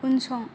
उनसं